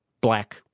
black